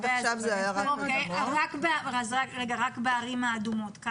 רק בערים אדומות?